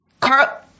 Carl